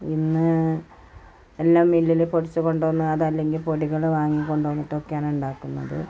പിന്നേ എല്ലാം മില്ലിൽ പൊടിച്ച് കൊണ്ട് വന്നു അതല്ലെങ്കിൽ പൊടികൾ വാങ്ങിക്കൊണ്ട് വന്നിട്ടൊക്കെയാണ് ഉണ്ടാക്കുന്നത്